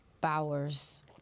Bowers